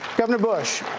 governor bush,